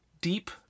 deep